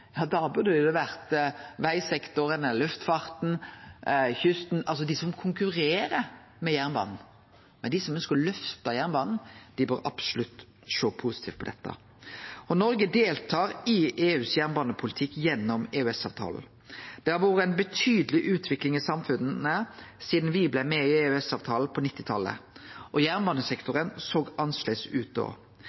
burde det vore vegsektoren, luftfarten, kysten – altså dei som konkurrerer med jernbanen. Men dei som ønskjer å løfte jernbanen, bør absolutt sjå positivt på dette. Noreg deltek i EUs jernbanepolitikk gjennom EØS-avtalen. Det har vore ei betydeleg utvikling i samfunnet sidan me blei med i EØS-avtalen på 1990-talet, og jernbanesektoren såg annleis ut